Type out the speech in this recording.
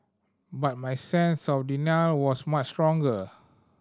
but my sense of denial was much stronger